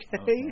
Okay